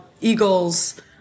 eagles